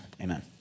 Amen